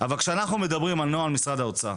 אבל כשאנחנו מדברים על נוהל משרד האוצר